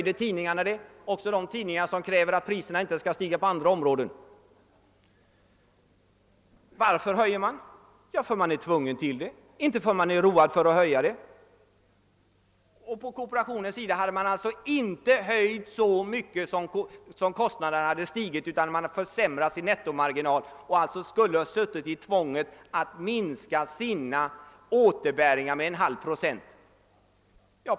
Det gjorde också de tidningar som kräver att priserna inte skall stiga på andra områden. Varför höjer man? Jo, därför att man är tvungen till det, inte därför att man är road av det. På kooperationens sida hade man alltså inte höjt så mycket som kostnaderna hade stigit, utan man hade försämrat sin nettomarginal. Alltså skulle man ha suttit i tvånget att minska sin återbäring med !/> procent.